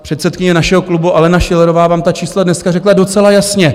Předsedkyně našeho klubu Alena Schillerová vám ta čísla dneska řekla docela jasně.